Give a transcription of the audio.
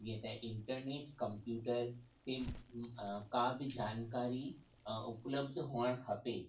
जीअं त internet computer का बि जानकारी उपलब्ध हुअणु खपे